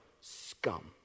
scum